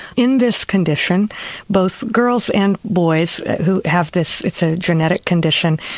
in this condition both girls and boys who have this, it's a genetic condition,